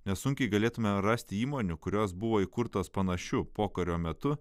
nesunkiai galėtume rasti įmonių kurios buvo įkurtos panašiu pokario metu